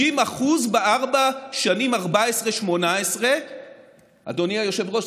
50% בארבע השנים 2014 2018. אדוני היושב-ראש,